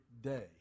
day